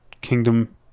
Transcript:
kingdom